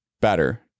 better